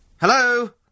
Hello